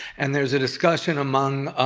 and there is a discussion among